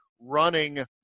running